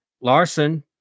Larson